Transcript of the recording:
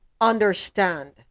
understand